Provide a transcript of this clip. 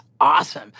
awesome